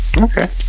Okay